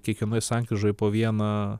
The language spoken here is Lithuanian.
kiekvienoj sankryžoj po vieną